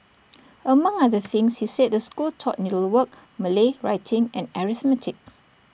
among other things he said the school taught needlework Malay writing and arithmetic